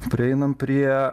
prieinam prie